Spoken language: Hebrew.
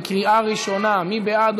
בקריאה ראשונה.